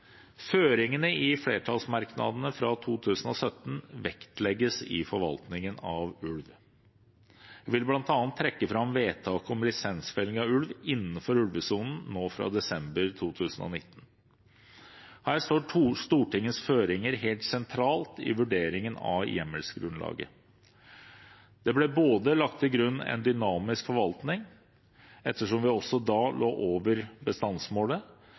Føringene i flertallsmerknadene fra 2017 vektlegges i forvaltningen av ulv. Jeg vil bl.a. trekke fram vedtaket om lisensfelling av ulv innenfor ulvesonen fra desember 2019. Her står Stortingets føringer helt sentralt i vurderingen av hjemmelsgrunnlaget. Det ble lagt til grunn en dynamisk forvaltning, ettersom vi også da lå over bestandsmålet,